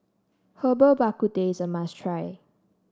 Herbal Bak Ku Teh is a must try